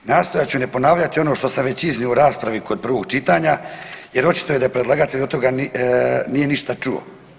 Nastojat ću ne ponavljati ono što sam već iznio u raspravi kod prvog čitanja, jer očito je da predlagatelj od toga nije ništa čuo.